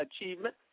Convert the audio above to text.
Achievement